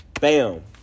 bam